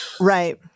right